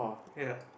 ya